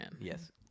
Yes